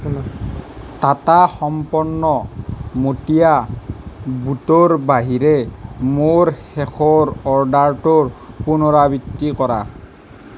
টাটা সম্পন্ন মটীয়া বুটিৰ বাহিৰে মোৰ শেষৰ অৰ্ডাৰটোৰ পুনৰাবৃত্তি কৰা